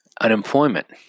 unemployment